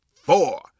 four